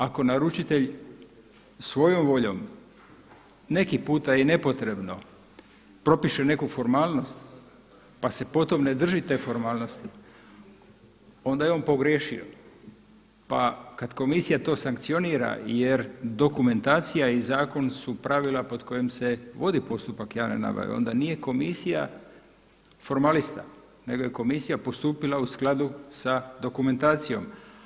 Ako naručitelj svojom voljom neki puta i nepotrebno propiše neku formalnost pa se po tom ne drži te formalnosti, onda je on pogriješio pa kada komisija to sankcionira jer dokumentacija i zakon su pravila pod kojim se vodi postupak javne nabave, onda nije komisija formalista nego je komisija postupila u skladu sa dokumentacijom.